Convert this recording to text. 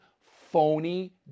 phony